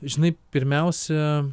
žinai pirmiausia